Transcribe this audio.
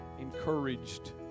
encouraged